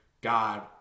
God